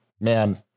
man